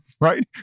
right